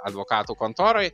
advokatų kontoroj